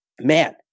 Man